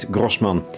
Grossman